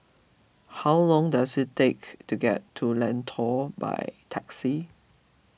how long does it take to get to Lentor by taxi